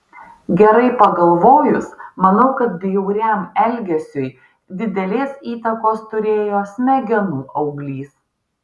gerai pagalvojus manau kad bjauriam elgesiui didelės įtakos turėjo smegenų auglys